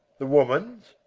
the woman's?